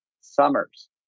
summers